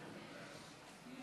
חוק